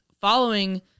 following